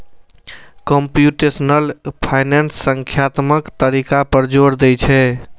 computational finance संख्यात्मक तरीका पर जोर दै छै